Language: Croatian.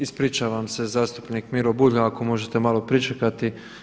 Ispričavam se, zastupnik Miro Bulj ako možete malo pričekati.